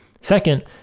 Second